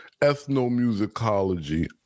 ethnomusicology